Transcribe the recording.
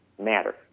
matter